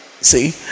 see